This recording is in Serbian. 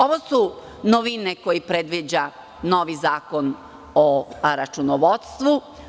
Ovo su novine koje predviđa novi zakon o računovodstvu.